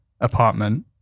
apartment